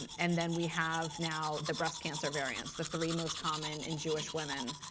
and then we have now the breast cancer variants, the three most common in jewish women,